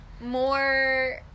more